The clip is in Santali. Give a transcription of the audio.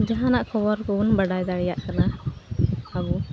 ᱡᱟᱦᱟᱱᱟᱜ ᱠᱷᱚᱵᱚᱨ ᱠᱚᱵᱚᱱ ᱵᱟᱲᱟᱭ ᱫᱟᱲᱮᱭᱟᱜ ᱠᱟᱱᱟ